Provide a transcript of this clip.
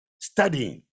studying